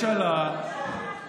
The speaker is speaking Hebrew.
משרד התקשורת מקדם דברים בתחום התקשורת.